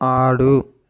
ఆడు